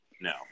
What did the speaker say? no